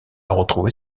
retrouver